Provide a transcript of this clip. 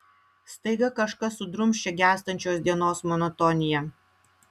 staiga kažkas sudrumsčia gęstančios dienos monotoniją